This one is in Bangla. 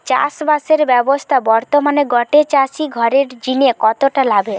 চাষবাসের ব্যাবসা বর্তমানে গটে চাষি ঘরের জিনে কতটা লাভের?